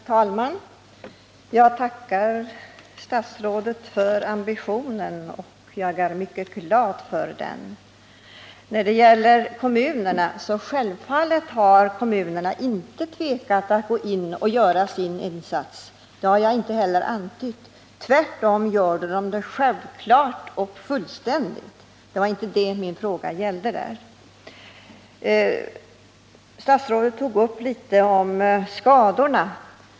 Herr talman! Jag tackar statsrådet Bertil Hansson för att regeringen har den ambitionen, och jag är mycket glad över detta. Kommunerna har självfallet inte tvekat när det gällt att gå in och göra sin insats. Det har jag aldrig antytt. Tvärtom är det en självklarhet för dem. Men det var inte detta min fråga gällde. Statsrådet tog upp något om skadorna.